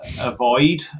avoid